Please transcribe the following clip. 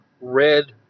red